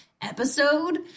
episode